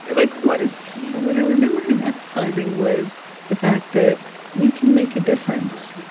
like, what is he. what i remember him emphasizing was the fact that we can make a difference